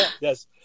yes